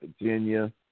Virginia